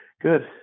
Good